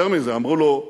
יותר מזה, אמרו לו: